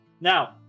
Now